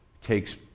takes